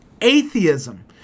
atheism